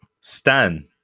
Stan